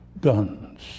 guns